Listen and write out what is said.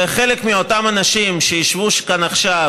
חלק מאותם אנשים שישבו כאן עכשיו